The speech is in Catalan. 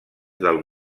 del